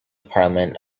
parliament